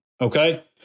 Okay